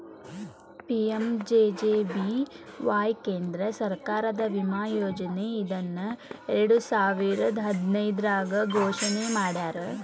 PMJJBY ಕೇಂದ್ರ ಸರ್ಕಾರದ ವಿಮಾ ಯೋಜನೆ ಇದನ್ನ ಎರಡುಸಾವಿರದ್ ಹದಿನೈದ್ರಾಗ್ ಘೋಷಣೆ ಮಾಡ್ಯಾರ